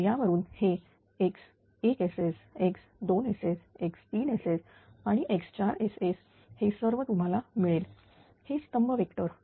तर यावरून हे X1SS X2SS X3SS X4SS हे सर्व तुम्हाला मिळेल हेस्तंभ वेक्टर